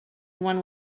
one